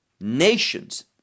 nations